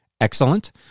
Excellent